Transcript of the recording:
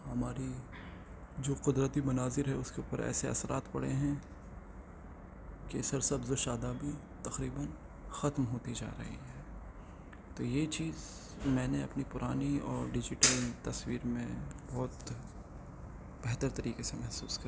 ہماری جو قدرتی مناظر ہے اس کے اوپر ایسے اثرات پڑے ہیں کہ سر سبز و شادابی تقریباً ختم ہوتی جا رہی ہے تو یہ چیز میں نے اپنی پرانی اور ڈیجیٹل تصویر میں بہت بہتر طریقے سے محسوس کیا